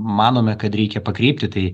manome kad reikia pakreipti tai